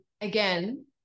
Again